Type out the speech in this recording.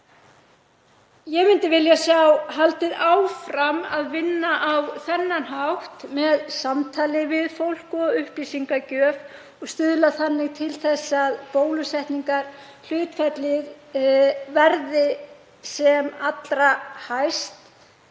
Ég myndi vilja sjá haldið áfram að vinna á þennan hátt með samtali við fólk og upplýsingagjöf og stuðla þannig að því að bólusetningarhlutfallið verði sem allra hæst